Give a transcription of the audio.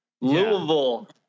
Louisville